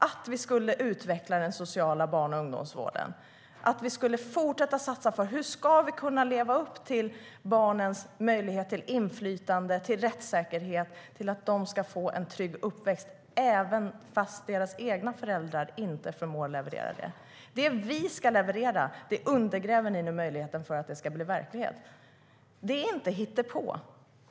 Det handlar om att utveckla den sociala barn och ungdomsvården och att fortsätta satsa på barnens möjlighet till inflytande, rättssäkerhet och en trygg uppväxt, även om deras egna föräldrar inte förmår leverera det. Ni undergräver nu möjligheten för att det vi ska leverera ska bli verklighet. Det är inte hittepå.